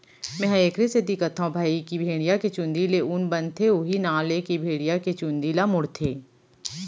मेंहा एखरे सेती कथौं भई की भेड़िया के चुंदी ले ऊन बनथे उहीं नांव लेके सब भेड़िया के चुंदी ल मुड़थे